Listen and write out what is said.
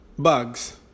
bugs